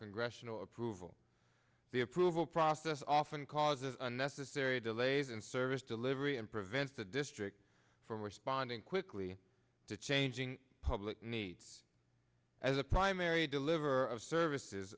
congressional approval the approval process often causes unnecessary delays in service delivery and prevents the district from responding quickly to changing public needs as a primary deliverer of services